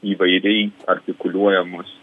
įvairiai artikuliuojamos